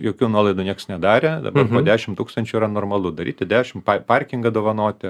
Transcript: jokių nuolaidų nieks nedarė dabar po dešimt tūkstančių yra normalu daryti dešimt pai parkingą dovanoti